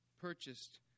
purchased